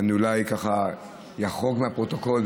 אני אולי אחרוג מהפרוטוקול.